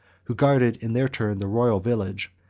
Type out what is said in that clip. who guarded, in their turn, the royal village,